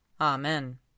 Amen